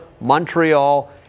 Montreal